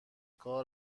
کار